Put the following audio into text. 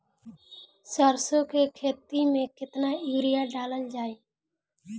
सरसों के खेती में केतना यूरिया डालल जाई?